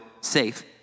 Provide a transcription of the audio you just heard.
safe